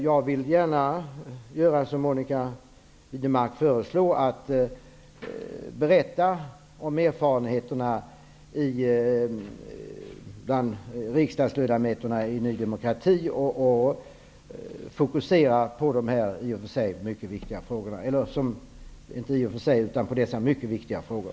Jag vill gärna göra som Monica Widnemark föreslår och berätta om erfarenheterna för Ny demokratis riksdagsledamöter och fokusera på dessa mycket viktiga frågor.